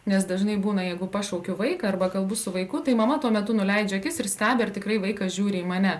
nes dažnai būna jeigu pašaukiu vaiką arba kalbu su vaiku tai mama tuo metu nuleidžia akis ir stebi ar tikrai vaikas žiūri į mane